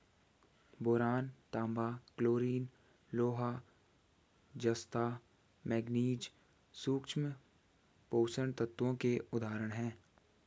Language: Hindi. बोरान, तांबा, क्लोरीन, लोहा, जस्ता, मैंगनीज सूक्ष्म पोषक तत्वों के उदाहरण हैं